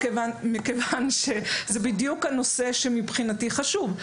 אני כן דנה במשא ומתן מכיוון שזה בדיוק הנושא שמבחינתי חשוב.